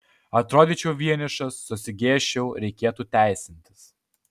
atrodyčiau vienišas susigėsčiau reikėtų teisintis